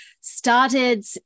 started